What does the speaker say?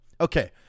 okay